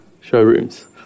showrooms